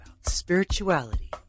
spirituality